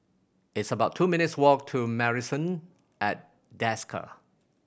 it's about two minutes' walk to Marrison at Desker